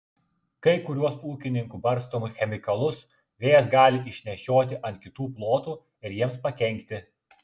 kai kuriuos ūkininkų barstomus chemikalus vėjas gali išnešioti ant kitų plotų ir jiems pakenkti